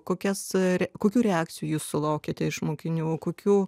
kokias ar kokių reakcijų sulaukiate iš mokinių kokių